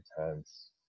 intense